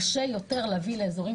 קשה יותר להביא עובדים חקלאיים לאזורים